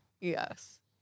Yes